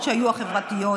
מפלג, חשוד בשוחד,